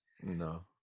No